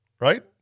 right